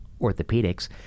orthopedics